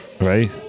right